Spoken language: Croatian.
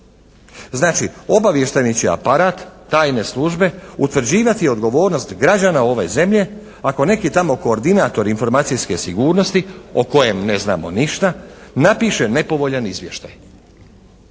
Znači obavještajni će aparat tajne službe utvrđivati odgovornost građana ove zemlje ako neki tamo koordinator informacijske sigurnosti o kojem ne znamo ništa napiše nepovoljan izvještaj.